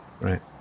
right